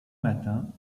matin